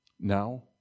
Now